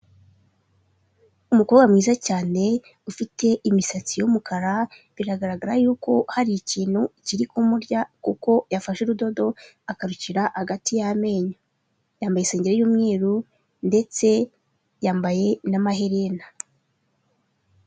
Umukobwa mwiza cyane ufite imisatsi y'umukara biragaragara yuko hari ikintu kiri kumurya kuko yafashe urudodo akarucira hagati y'amenyo yambaye isengeri y'umweru ndetse yambaye n'amaherena.